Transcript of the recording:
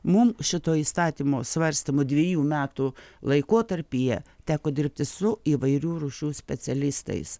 mum šito įstatymo svarstymo dviejų metų laikotarpyje teko dirbti su įvairių rūšių specialistais